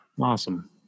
Awesome